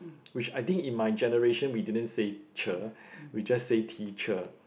which I think in my generation we didn't say cher we just say teacher